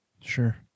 Sure